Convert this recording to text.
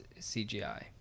CGI